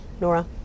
Nora